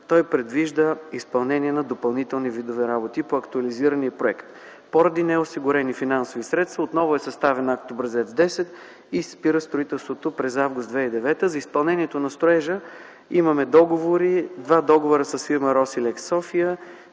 Той предвижда изпълнение на допълнителни видове работи по актуализирания проект. Поради неосигурени финансови средства отново е съставен акт Образец 10 и спира строителството през м. август 2009 г. За изпълнението на строежа имаме два договора с фирма „Росилекс” - София,